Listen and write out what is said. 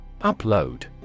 Upload